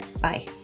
Bye